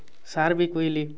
sir ବି କହିଲେ